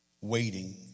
waiting